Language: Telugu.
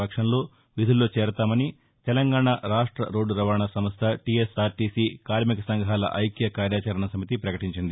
పక్షంలో విధుల్లో చేరతామని తెలంగాణా రాష్ట రోడ్డు రవాణా సంస్థ టీఎస్ ఆర్ టీ సి కార్మిక సంఘాల ఐక్య కార్యాచరణ సమితి పకటించింది